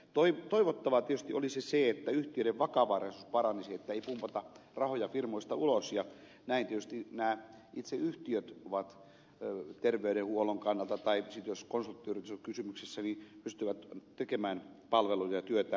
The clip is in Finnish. toivottavaa tietysti olisi se että yhtiöiden vakavaraisuus paranisi ettei pumpata rahoja firmoista ulos ja näin tietysti nämä itse yhtiöt terveydenhuollon kannalta tai sitten jos konsulttiyritys on kysymyksessä pystyvät tekemään palvelujaan ja työtään paremmin